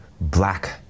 black